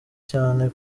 cyane